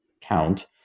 count